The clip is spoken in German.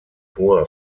hoher